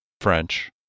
French